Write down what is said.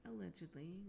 allegedly